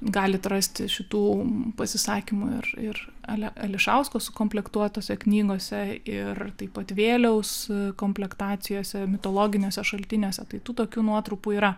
galit rasti šitų pasisakymų ir ir ale ališausko sukomplektuotose knygose ir taip pat vėliaus komplektacijose mitologiniuose šaltiniuose tai tų tokių nuotrupų yra